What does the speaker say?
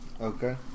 okay